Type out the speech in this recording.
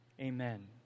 Amen